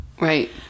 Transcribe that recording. Right